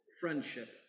friendship